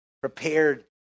prepared